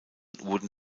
wurden